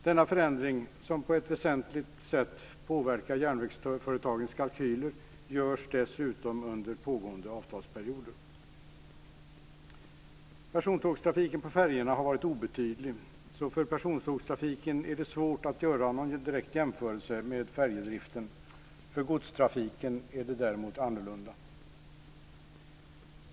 Denna förändring, som på ett väsentligt sätt påverkar järnvägsföretagens kalkyler, görs dessutom under pågående avtalsperioder. Persontågstrafiken på färjorna har varit obetydlig, så för persontågstrafiken är det är svårt att göra någon direkt prisjämförelse med färjedriften. För godstågen är situationen annorlunda.